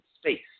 space